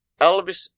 Elvis